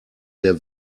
der